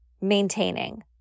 maintaining